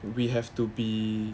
we have to be